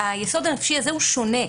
היסוד הנפשי הזה הוא שונה.